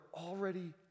already